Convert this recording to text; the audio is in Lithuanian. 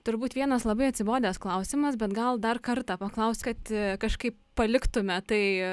turbūt vienas labai atsibodęs klausimas bet gal dar kartą paklaust kad kažkaip paliktume tai